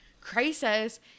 crisis